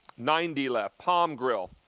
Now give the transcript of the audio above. ninety left. palm grill,